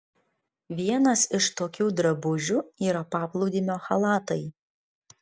vienas iš tokių drabužių yra paplūdimio chalatai